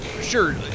sure